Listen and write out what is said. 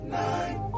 nine